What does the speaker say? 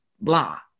blah